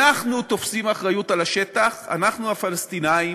אנחנו תופסים אחריות על השטח, אנחנו, הפלסטינים